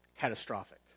catastrophic